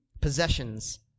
possessions